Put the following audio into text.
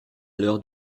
l’heure